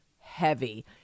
heavy